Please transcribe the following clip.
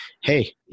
hey